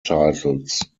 titles